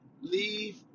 Leave